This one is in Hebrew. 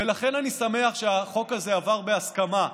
ולכן אני שמח שהחוק הזה עבר בהסכמה.